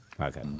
Okay